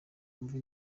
wumve